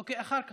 אוקיי, אחר כך.